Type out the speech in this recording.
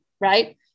right